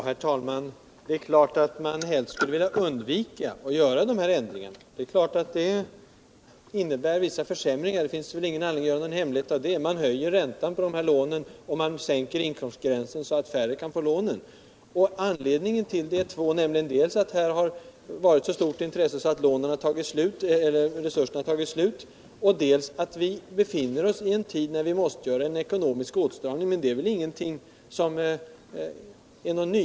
Herr talman! Det är klart att man helst skulle vilja undvika att göra de här ändringarna. De innebär naturligtvis vissa försämringar, och det finns ingen anledning att göra någon hemlighet av det. Man höjer ju räntan på lånen och man sänker inkomstgränsen så att färre får möjlighet att få dem. Det finns två anledningar till detta: dels har det blivit ett så stort intresse för lånen att resurserna har tagit slut, dels befinner vi oss i ett läge då vi måste göra en ekonomisk åtstramning. Det är ingenting som innebär någon nyhet.